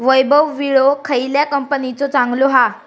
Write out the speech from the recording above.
वैभव विळो खयल्या कंपनीचो चांगलो हा?